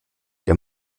der